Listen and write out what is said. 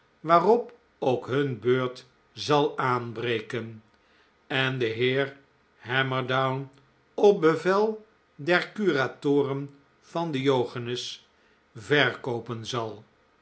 waarop ook hun beurt zal aanbreken en de heer hammerdown op bevel der curatoren van diogenes verkoopen zal